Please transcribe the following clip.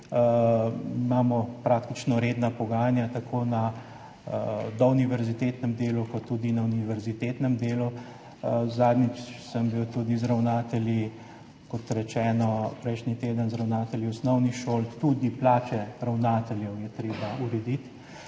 imamo praktično redna pogajanja tako na douniverzitetnem delu kot tudi na univerzitetnem delu. Zadnjič sem bil z ravnatelji, kot rečeno, prejšnji teden z ravnatelji osnovnih šol – tudi plače ravnateljev je treba urediti.